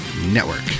network